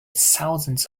thousands